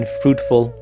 fruitful